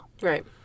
Right